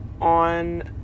on